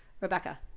Rebecca